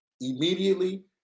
immediately